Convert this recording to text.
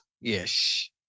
Yes